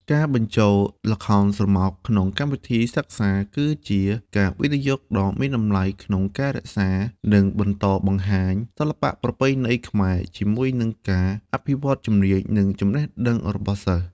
ការបញ្ចូលល្ខោនស្រមោលក្នុងកម្មវិធីសិក្សា គឺជាការវិនិយោគដ៏មានតម្លៃក្នុងការរក្សា និងបន្តបង្ហាញសិល្បៈប្រពៃណីខ្មែរ ជាមួយនឹងការអភិវឌ្ឍជំនាញ និងចំណេះដឹងរបស់សិស្ស។